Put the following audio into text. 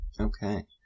Okay